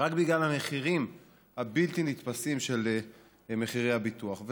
רק בגלל המחירים הבלתי-נתפסים של הביטוח.